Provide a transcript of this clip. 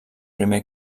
primer